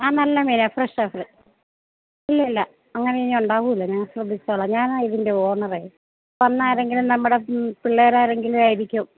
ആ നല്ല മീനാണ് ഫ്രഷ് ഇല്ലയില്ല അങ്ങനെ ഇനി ഉണ്ടാവുകയില്ല ഞാൻ ശ്രദ്ധിച്ചോളാം ഞാനാണ് ഇതിൻ്റെ ഓണേറെ അന്നാരെങ്കിലും നമ്മുടെ പിള്ളേരാരെങ്കിലും ആയിരിക്കും